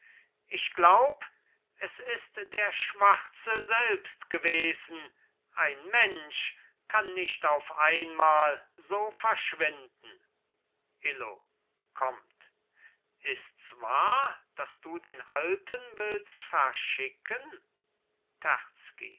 ich glaub es ist der schwarze selbst gewesen ein mensch kann nicht auf einmal so verschwinden illo kommt ists wahr daß du den alten willst verschicken